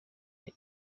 the